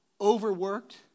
overworked